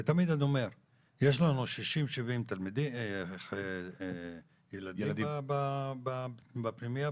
ותמיד אני אומר שיש לנו 70-60 ילדים בפנימייה,